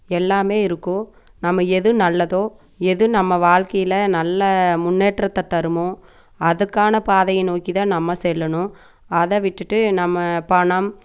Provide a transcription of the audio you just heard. எல்லாம் இருக்கும் நம்ம எது நல்லதோ எது நம்ம வாழ்க்கையில் நல்ல முன்னேற்றத்தை தருமோ அதுக்கான பாதையை நோக்கி தான் நம்ம செல்லணும் அதை விட்டுட்டு நம்ம பணம்